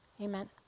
amen